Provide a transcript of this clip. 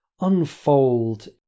unfold